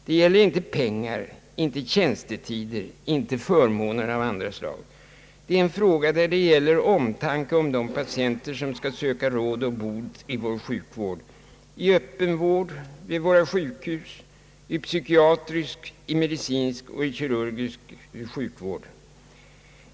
Det gäller inte pengar, inte tjänstetider och inte förmåner av andra slag. Det gäller omtanken om de patienter som skall söka råd och bot i vår sjukvård — i öppen vård, vid våra sjukhus, i psykiatrisk, medicinsk och kirurgisk sjukvård.